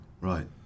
Right